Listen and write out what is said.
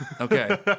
Okay